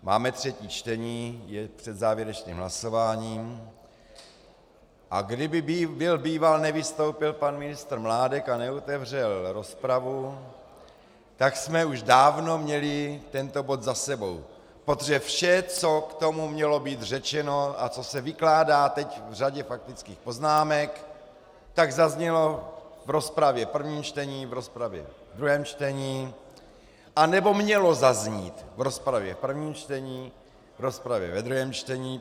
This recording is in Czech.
Máme třetí čtení, je před závěrečným hlasováním, a kdyby byl býval nevystoupil pan ministr Mládek a neotevřel rozpravu, tak jsme už dávno měli tento bod za sebou, protože vše, co k tomu mělo být řečeno a co se vykládá teď v řadě faktických poznámek, zaznělo v rozpravě v prvním čtení, v rozpravě v druhém čtení, anebo mělo zaznít v rozpravě v prvním čtení, v rozpravě ve druhém čtení.